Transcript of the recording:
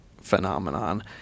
phenomenon